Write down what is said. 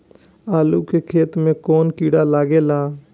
आलू के खेत मे कौन किड़ा लागे ला?